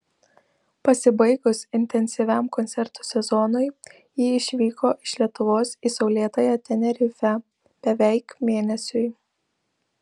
pasibaigus intensyviam koncertų sezonui ji išvyko iš lietuvos į saulėtąją tenerifę beveik mėnesiui